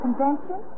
Convention